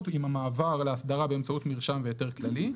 עם המעבר לאסדרה באמצעות מרשם והיתר כללי.